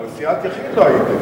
אבל סיעת יחיד לא הייתם.